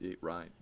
Right